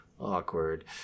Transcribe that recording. awkward